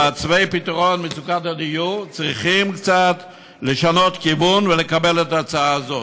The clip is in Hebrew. מעצבי פתרון למצוקת הדיור צריכים קצת לשנות כיוון ולקבל את ההצעה הזאת.